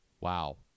Wow